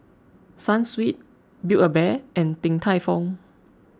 Sunsweet Build A Bear and Din Tai Fung